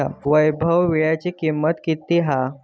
वैभव वीळ्याची किंमत किती हा?